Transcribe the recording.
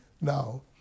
now